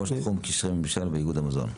ראש תחום קשרי ממשל באיגוד המזון.